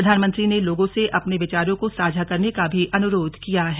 प्रधानमंत्री ने लोगों से अपने विचारों को साझा करने का भी अनुरोध किया है